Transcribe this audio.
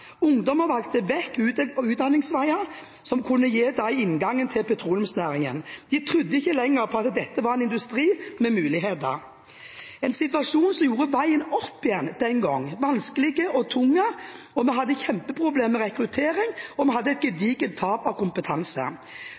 Ungdommer valgte vekk utdanningsveier som kunne gi dem en inngang til petroleumsnæringen. De trodde ikke lenger på at dette var en industri med muligheter. Situasjonen den gangen gjorde veien opp igjen vanskelig og tung. Vi hadde kjempeproblemer med rekruttering, og vi hadde et gedigent tap av kompetanse.